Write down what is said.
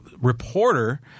reporter